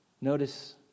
Notice